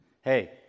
Hey